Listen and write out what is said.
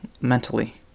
mentally